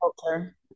culture